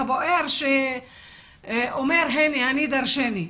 הבוער שאומר דרשני.